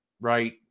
right